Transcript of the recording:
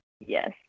Yes